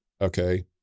okay